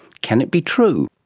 can it be true?